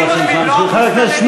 אולי נאמר להם שהם יוכלו אחר כך לדבר?